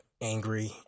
angry